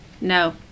No